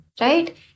Right